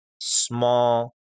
small